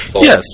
yes